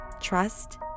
trust